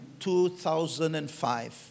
2005